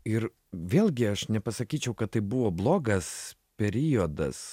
ir vėlgi aš nepasakyčiau kad tai buvo blogas periodas